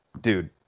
Dude